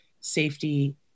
safety